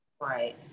Right